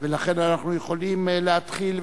דב חנין ורוברט טיבייב וקבוצת חברי הכנסת,